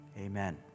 amen